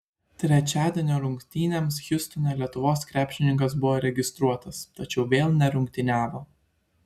trečiadienio rungtynėms hjustone lietuvos krepšininkas buvo registruotas tačiau vėl nerungtyniavo